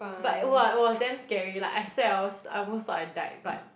but it !wah! it was damn scary lah I swear I was I almost thought I died but